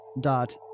dot